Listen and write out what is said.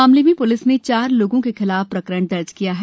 मामले में प्लिस ने चार लोगों के खिलाफ प्रकरण दर्ज किया है